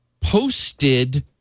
posted